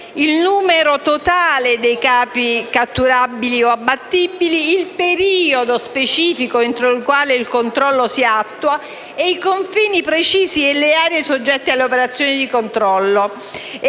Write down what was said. il numero totale dei capi catturabili o abbattibili, il periodo specifico entro il quale il controllo si attua e i confini precisi e le aree soggette alle operazioni di controllo,